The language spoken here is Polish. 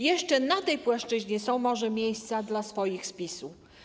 Jeszcze na tej płaszczyźnie są może miejsca dla swoich z PiS-u.